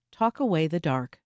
talkawaythedark